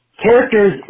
Characters